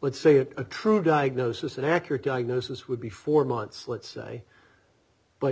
but say that a true diagnosis and accurate diagnosis would be four months let's say but